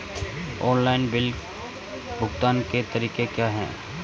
Online bill भुगतान के तरीके क्या हैं?